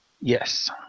Yes